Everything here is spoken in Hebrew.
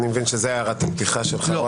אני מבין שזו הערת הפתיחה שלך.